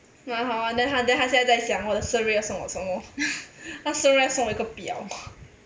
蛮好啊 then 他 then 他现在想我的生日要送我什么他生日要送我一个表